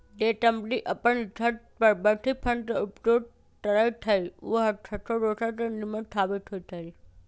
जे कंपनी अप्पन रिसर्च पर बेशी फंड के उपयोग करइ छइ उ हरसठ्ठो दोसर से निम्मन साबित होइ छइ